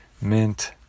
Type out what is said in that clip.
mint